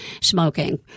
smoking